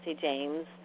James